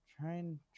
Trying